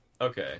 Okay